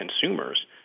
consumers